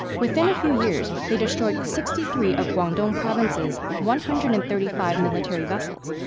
within a few years, they destroyed sixty three of guangdong province's one hundred and thirty five military vessels,